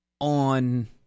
on